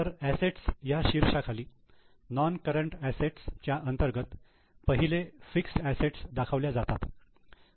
तर असेट्स ह्या शीर्षकाखाली नोन करंट असेट्स च्या अंतर्गत पहिले फिक्सेड असेट्स दाखवल्या जातात